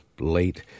late